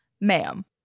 Ma'am